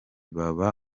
baba